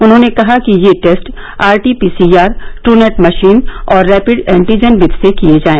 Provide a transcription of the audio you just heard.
उन्होंने कहा कि ये टेस्ट आरटीपीसीआर टूनैट मशीन और रैपिड एन्टीजन विघि से किए जाए